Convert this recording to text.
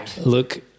Look